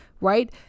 right